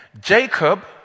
Jacob